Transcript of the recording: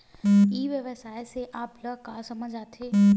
ई व्यवसाय से आप ल का समझ आथे?